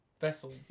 vessel